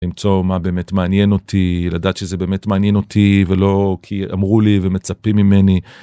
למצוא מה באמת מעניין אותי לדעת שזה באמת מעניין אותי ולא כי אמרו לי ומצפים ממני.